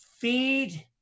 feed